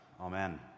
Amen